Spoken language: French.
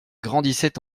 grandissait